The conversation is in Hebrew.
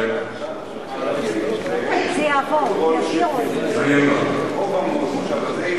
אתה תוכל להביא את זה ככל שתרצה או במושב הזה.